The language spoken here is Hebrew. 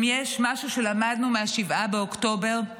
אם יש משהו שלמדנו מ-7 באוקטובר זה